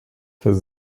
his